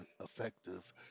effective